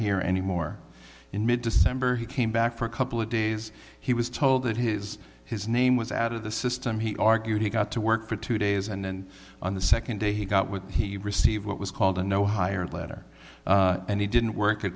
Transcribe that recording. here anymore in mid december he came back for a couple of days he was told that his his name was out of the system he argued he got to work for two days and on the second day he got what he received what was called a no hire letter and he didn't work a